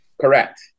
Correct